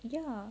ya